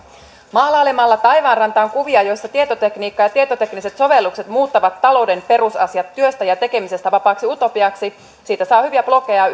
maalailemalla taivaanrantaan kuvia joissa tietotekniikka ja ja tietotekniset sovellukset muuttavat talouden perusasiat työstä ja tekemisestä vapaaksi utopiaksi saa hyvin blogeja